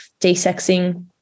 desexing